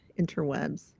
interwebs